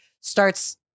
starts